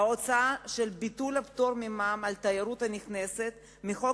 ההוצאה של ביטול הפטור ממע"מ על תיירות נכנסת מחוק